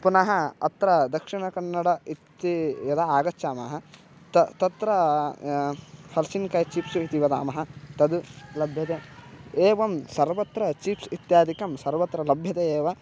पुनः अत्र दक्षिणकन्नड इति यदा आगच्छामः तत्र तत्र हल्सिन्कायि चिप्स् इति वदामः तद् लभ्यते एवं सर्वत्र चीप्स् इत्यादिकं सर्वत्र लभ्यते एव